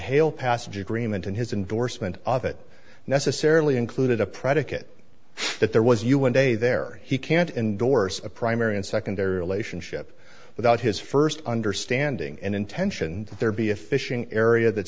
hail passage agreement and his indorsement of it necessarily included a predicate that there was you one day there he can't endorse a primary and secondary relationship without his first understanding and intention that there be a fishing area that